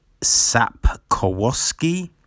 Sapkowski